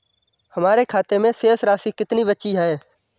हमारे खाते में शेष राशि कितनी बची है?